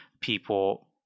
people